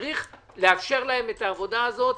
צריך לאפשר להם את העבודה הזאת.